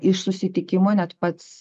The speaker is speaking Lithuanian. iš susitikimo net pats